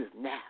now